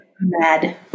mad